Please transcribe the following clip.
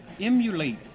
emulate